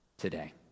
today